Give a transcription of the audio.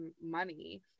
money